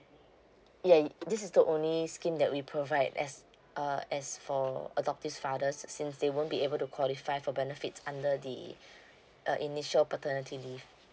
yeah this is the only scheme that we provide as err as for adoptive fathers since they won't be able to qualify for benefits under the uh initial paternity leave